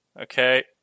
Okay